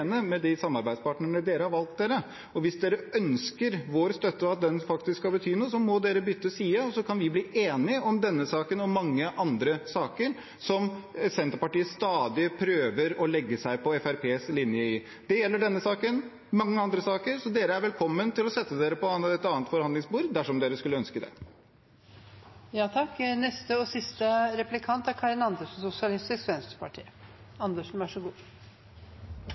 med de samarbeidspartnerne de har valgt seg. Hvis de ønsker vår støtte og at den faktisk skal bety noe, må de bytte side, og så kan vi bli enige både i denne saken og i mange andre saker som Senterpartiet stadig prøver å legge seg på Fremskrittspartiets linje i. De er velkomne til å sette seg ved et annet forhandlingsbord dersom de skulle ønske det. SV er helt enig i at umoralsk sløsing må vi slutte med. Det Fremskrittspartiet har vært med på, er